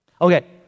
Okay